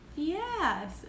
Yes